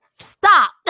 Stop